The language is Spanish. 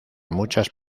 muchos